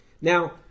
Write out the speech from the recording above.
Now